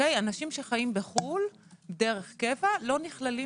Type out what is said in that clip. אנשים שחיים בחו"ל דרך קבע לא נכללים